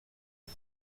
han